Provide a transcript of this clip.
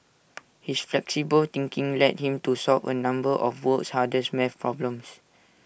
his flexible thinking led him to solve A number of the world's hardest math problems